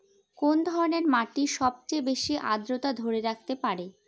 কোন ধরনের মাটি সবচেয়ে বেশি আর্দ্রতা ধরে রাখতে পারে?